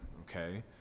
Okay